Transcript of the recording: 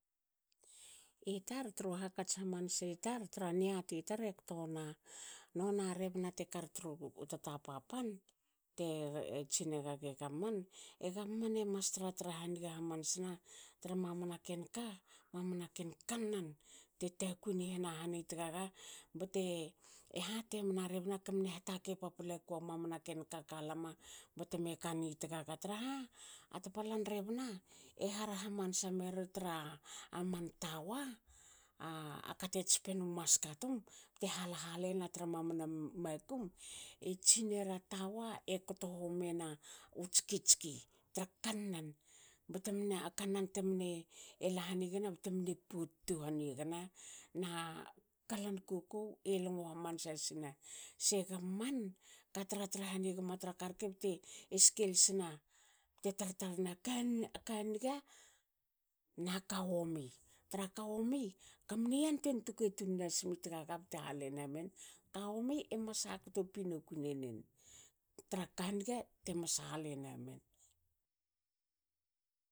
Itar tru hakats hamansi tar tra niati tar e kto wna, nona rebna tekar tru tatapa pan te tsine gage gam- man. e gam- man emas tratra haniga hamanasa tra mamana ken ka mamana ken kannan te takui ni hanna han i tagaga. bte hate nina rebna kamine hatakei paplakua mammana ken ka kalama batme kami tagaga traha a tapalan rebna e har hamansa meri tra man tawa a kate tspenu maska tum bte hal halena tra mamana makum e tsinera tawa e kto homiena u tski tski, tra kannan a kannan temne ela hanigna btemne pot tu hanigna. Na kalan kokou e longo hamanasa sne. Se gam man ka tra tra hanigma tra karke bte skel sna bte tar tarna kaniga naka womi. Tra ka womi, kamne yantuen tuke tum nasini tagaga bte hale namen ka womi e mas hakto pi noku nenen. Tra ka niga e mas hale namen.